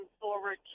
forward